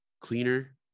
cleaner